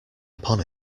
upon